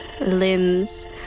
limbs